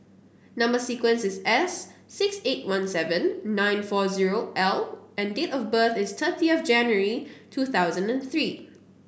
number sequence is S six eight one seven nine four zero L and date of birth is thirty of January two thousand and three